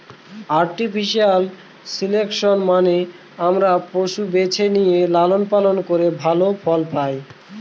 artificial selection মানে আমরা পশু বেছে নিয়ে লালন পালন করে ভালো ফল পায়